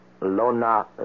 Lona